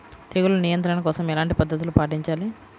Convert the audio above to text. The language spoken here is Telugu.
తెగులు నియంత్రణ కోసం ఎలాంటి పద్ధతులు పాటించాలి?